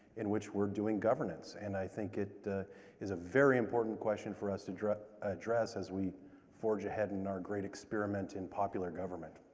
in which we're doing governance. and i think it is a very important question for us to address address as we forge ahead in our great experiment in popular government.